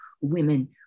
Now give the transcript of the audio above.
women